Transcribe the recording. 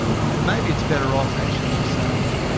and and maybe it's better off actually saying,